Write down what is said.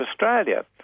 Australia